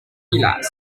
pilas